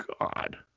God